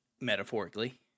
metaphorically